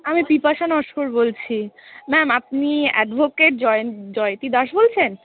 আমি পিপাশা নস্কর বলছি ম্যাম আপনি অ্যাডভোকেট জয়েন জয়তি দাস বলছেন